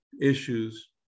issues